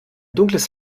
dunkles